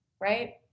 right